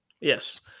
Yes